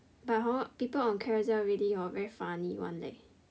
but hor people on Carousell really hor very funny [one] leh